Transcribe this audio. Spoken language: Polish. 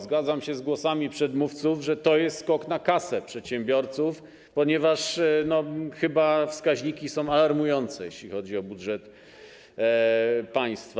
Zgadzam się z głosami przedmówców, że to jest skok na kasę przedsiębiorców, ponieważ chyba wskaźniki są alarmujące, jeśli chodzi o budżet państwa.